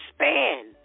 span